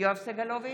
יואב סגלוביץ'